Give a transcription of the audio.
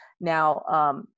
Now